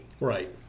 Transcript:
right